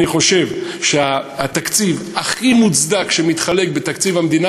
אני חושב שהתקציב הכי מוצדק שמתחלק בתקציב המדינה,